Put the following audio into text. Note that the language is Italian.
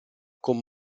con